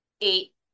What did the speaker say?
eight